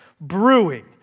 Brewing